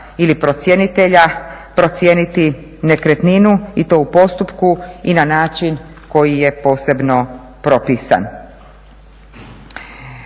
ili procjenitelja procijeniti nekretninu i to u postupku i na način koji je posebno propisan.